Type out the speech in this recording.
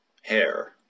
hair